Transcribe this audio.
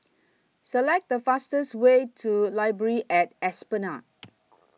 Select The fastest Way to Library At Esplanade